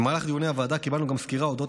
במהלך דיוני הוועדה קיבלנו גם סקירה על אודות